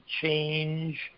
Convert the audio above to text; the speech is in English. change